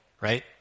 right